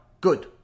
good